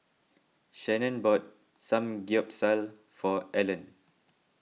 Shannon bought Samgyeopsal for Alan